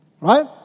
Right